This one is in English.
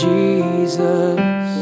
Jesus